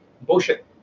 Bullshit